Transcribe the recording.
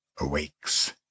awakes